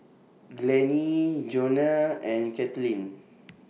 Glennie Johnna and Kaitlynn